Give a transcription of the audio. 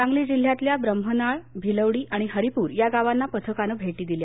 सांगली जिल्ह्यातल्या ब्रम्हनाळ भिलवडी आणि हरिपूर या गावांना पथकानं भेटी दिल्या